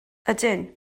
ydyn